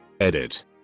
Edit